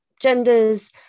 genders